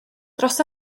dros